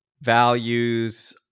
values